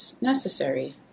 necessary